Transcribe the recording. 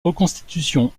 reconstitution